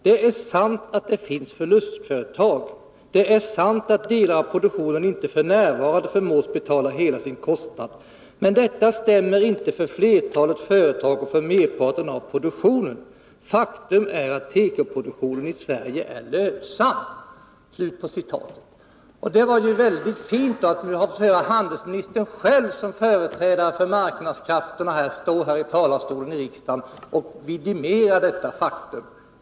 Det är sant att det finns förlustföretag. Det är sant att delar av produktionen inte f. n. förmås betala hela sin kostnad. Men detta stämmer inte för flertalet företag och för merparten av produktionen. Faktum är att tekoproduktionen i Sverige är lönsam.” Det var mycket fint att få höra handelsministern själv, som företrädare för marknadskrafterna, stå här i talarstolen i riksdagen och vidimera detta faktum.